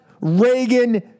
Reagan